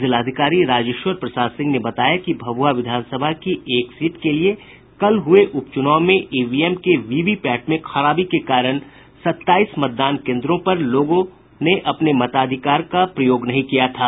जिलाधिकारी राजेश्वर प्रसाद सिंह ने बताया कि भभुआ में विधानसभा की एक सीट के लिए कल हये उप चूनाव में ईवीएम के वीवीपैट में खराबी के कारण सत्ताईस मतदान केंद्रों पर लोगों अपने मताधिकार का प्रयोग नहीं कर सके थे